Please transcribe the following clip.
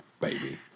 Baby